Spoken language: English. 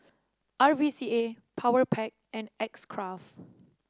R V C A Powerpac and X Craft